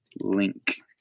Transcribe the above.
Link